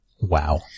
Wow